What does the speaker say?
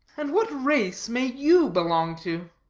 and what race may you belong to?